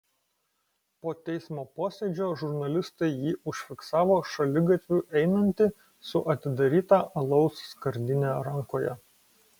po teismo posėdžio žurnalistai jį užfiksavo šaligatviu einantį su atidaryta alaus skardine rankoje